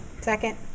Second